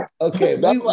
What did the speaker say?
Okay